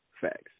Facts